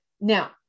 Now